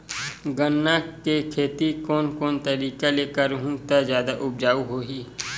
गन्ना के खेती कोन कोन तरीका ले करहु त जादा उपजाऊ होही?